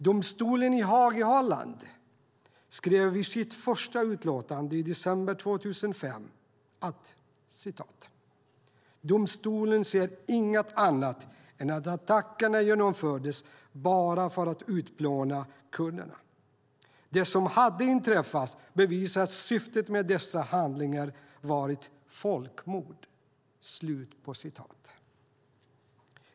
Domstolen i Haag i Holland skrev i sitt första utlåtande i december 2005 att "domstolen ser inget annat än att attackerna genomfördes bara för att utplåna kurderna. Det som hade inträffat bevisar att syftet med dessa handlingar varit folkmord."